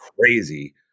crazy